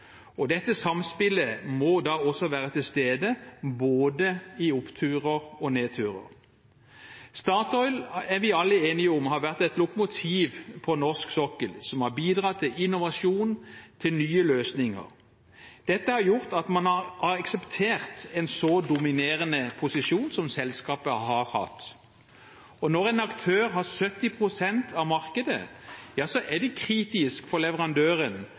og dette samspillet må være til stede i både oppturer og nedturer. Statoil er vi alle enige om har vært et lokomotiv på norsk sokkel som har bidratt til innovasjon og nye løsninger. Dette har gjort at man har akseptert en så dominerende posisjon som selskapet har hatt. Når en aktør har 70 pst. av markedet, ja så er det kritisk for leverandøren